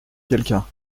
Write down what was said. quelqu’un